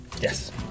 Yes